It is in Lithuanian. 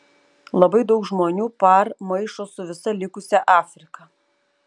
labai daug žmonių par maišo su visa likusia afrika